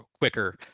quicker